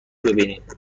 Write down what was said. ببینینبازم